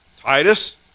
Titus